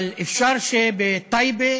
אבל אפשר שבטייבה,